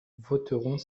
voteront